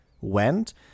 went